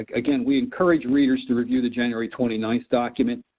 like again, we encourage readers to review the january twenty ninth document.